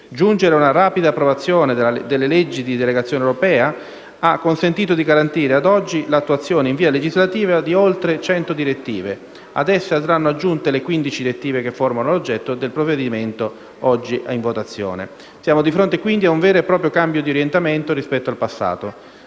Giungere ad una rapida approvazione delle leggi di delegazione europea ha consentito di garantire, ad oggi, l'attuazione in via legislativa di oltre 100 direttive; ad esse andranno aggiunte le 15 direttive che formano l'oggetto del provvedimento oggi in votazione. Siamo di fronte, quindi, ad un vero e proprio cambio di orientamento rispetto al passato.